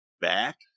back